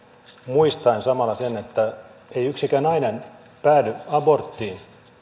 muistaen samalla sen että ei yksikään nainen päädy aborttiin